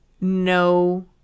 no